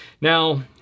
Now